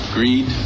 Greed